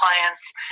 clients